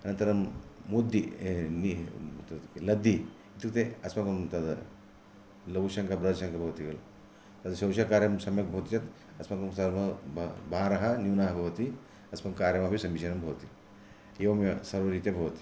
अनन्तरं मुद्दि एतत् लद्दि तृतीयम् अस्माकं तत् लघुशङ्का बृहत्शङ्का भवति खलु तत् शौतकार्यं सम्यक् भवति चेत् नाम सर्वं भारः न्यूनः भवति अस्माकं कार्यमपि समीचीनं भवति एवमेव सर्वरीत्या भवति